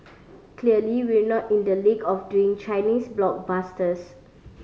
clearly we're not in the league of doing Chinese blockbusters